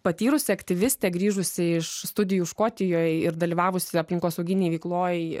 patyrusi aktyvistė grįžusi iš studijų škotijoje ir dalyvavusi aplinkosauginėj veikloj